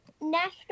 National